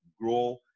grow